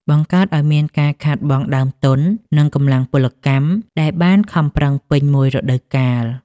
បង្កើតឱ្យមានការខាតបង់ដើមទុន និងកម្លាំងពលកម្មដែលបានខំប្រឹងពេញមួយរដូវកាល។